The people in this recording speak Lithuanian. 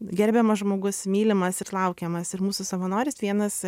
gerbiamas žmogus mylimas ir laukiamas ir mūsų savanoris vienas